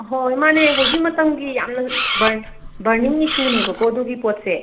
ꯑꯍꯣꯏ ꯃꯥꯟꯅꯦ ꯍꯧꯖꯤꯛ ꯃꯇꯝꯒꯤ ꯌꯥꯝꯅ ꯕꯔꯅꯤꯡ ꯏꯁꯨꯅꯦꯕꯀꯣ ꯑꯗꯨꯒꯤ ꯄꯣꯠꯁꯦ